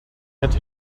had